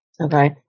Okay